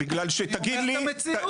זו המציאות.